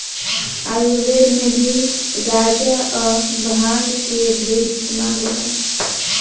आयुर्वेद मे भी गांजा आ भांग के ढेरे इस्तमाल होला